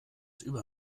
über